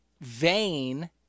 vain